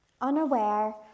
unaware